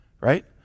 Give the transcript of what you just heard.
right